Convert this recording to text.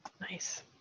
Nice